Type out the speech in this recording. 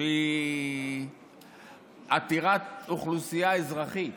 שהיא עתירת אוכלוסייה אזרחית,